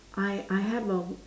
I I have a